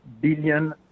billion